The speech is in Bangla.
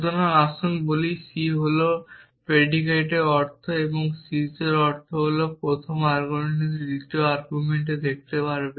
সুতরাং আসুন বলি c হল predicate এর অর্থ এবং sees এর অর্থ হল যে প্রথম আর্গুমেন্টটি দ্বিতীয় আর্গুমেন্ট দেখতে পারে